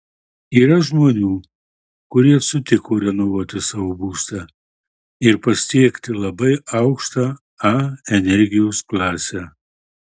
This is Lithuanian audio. yra žmonių kurie sutiko renovuoti savo būstą ir pasiekti labai aukštą a energijos klasę